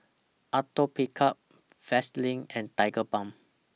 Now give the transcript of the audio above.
Atopiclair Vaselin and Tigerbalm